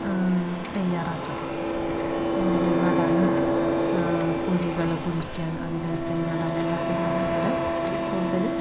തയ്യാറാക്കുക എന്തെങ്കിലും നടാനും കുഴികൾ കുഴിക്കാൻ അതിൽ തൈ നടാൻ എല്ലാറ്റിനും നമ്മളവരെ കൂടുതൽ